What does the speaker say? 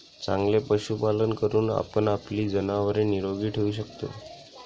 चांगले पशुपालन करून आपण आपली जनावरे निरोगी ठेवू शकतो